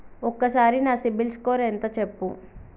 ఒక్కసారి నా CIBIL score ఎంత చెప్పు?